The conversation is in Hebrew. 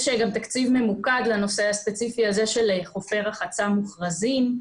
יש גם תקציב ממוקד לנושא הספציפי הזה של חופי רחצה מוכרזים.